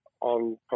on